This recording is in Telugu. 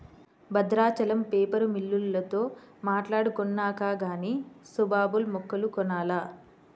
బద్రాచలం పేపరు మిల్లోల్లతో మాట్టాడుకొన్నాక గానీ సుబాబుల్ మొక్కలు కొనాల